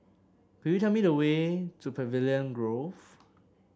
could you tell me the way to Pavilion Grove